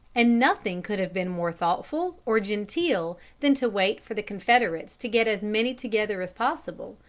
and nothing could have been more thoughtful or genteel than to wait for the confederates to get as many together as possible,